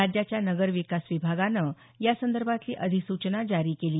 राज्याच्या नगरविकास विभागानं यासंदर्भातली अधिसूचना जारी केली